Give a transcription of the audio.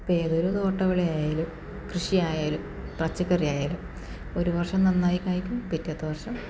ഇപ്പം ഏതൊരു തോട്ടവിള ആയാലും കൃഷി ആയാലും പച്ചക്കറി ആയാലും ഒരു വർഷം നന്നായി കായ്ക്കും പിറ്റേത്തെ വർഷം